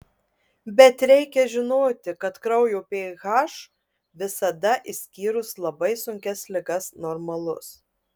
bet reikia žinoti kad kraujo ph visada išskyrus labai sunkias ligas normalus